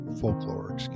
folklore